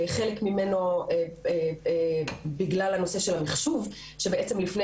חלק ממנו בגלל הנושא של המחשוב שלפני